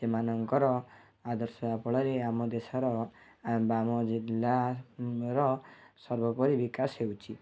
ସେମାନଙ୍କର ଆଦର୍ଶ ହେବାଫଳରେ ଆମ ଦେଶର ବା ଜିଲ୍ଲାର ସର୍ବୋପରି ବିକାଶ ହେଉଛି